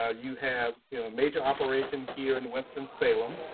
ah you have major operation here in winston-salem,